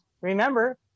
remember